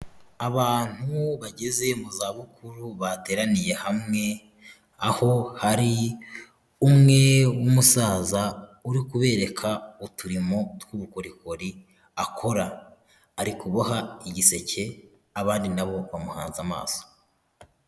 Abantu bageze mu zabukuru bateraniye hamwe, aho hari umwe w'umusaza uri kubereka uturimo tw'ubukorikori akora. Ari kuboha igiseke, abandi na bo bamuhanze amaso.